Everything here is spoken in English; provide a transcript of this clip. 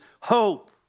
hope